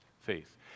faith